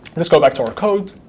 let's go back to our code.